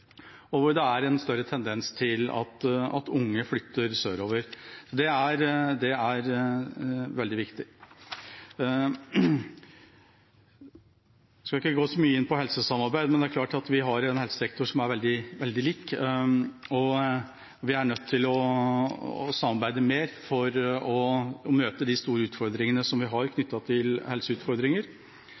og hvor det er en større tendens til at unge flytter sørover. Det er veldig viktig. Jeg skal ikke gå så mye inn på helsesamarbeid, men det er klart at vi har en helsesektor som er veldig lik, og vi er nødt til å samarbeide mer for å møte de store utfordringene vi har knyttet til